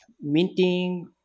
minting